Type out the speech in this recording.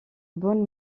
bonne